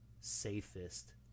safest